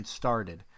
started